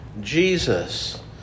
Jesus